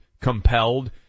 compelled